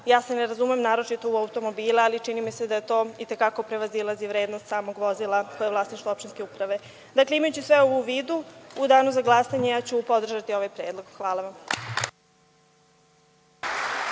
Ja se ne razumem naročito u automobile, ali čini mi se da to itekako prevazilazi vrednost samog vozila koje je vlasništvo opštinske uprave. Imajući sve ovo u vidu, u danu za glasanje ja ću podržati ovaj predlog. Hvala vam.